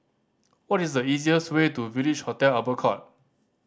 what is the easier's way to Village Hotel Albert Court